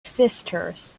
sisters